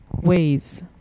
ways